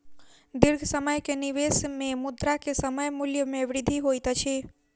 दीर्घ समय के निवेश में मुद्रा के समय मूल्य में वृद्धि होइत अछि